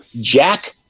jack